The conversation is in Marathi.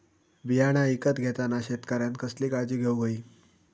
बियाणा ईकत घेताना शेतकऱ्यानं कसली काळजी घेऊक होई?